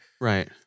Right